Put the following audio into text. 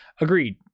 Agreed